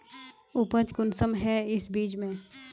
उपज कुंसम है इस बीज में?